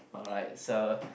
alright so